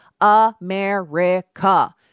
America